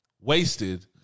Wasted